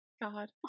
God